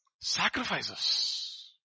Sacrifices